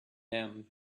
them